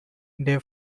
they